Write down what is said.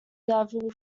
devil